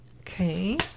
Okay